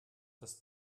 was